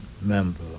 member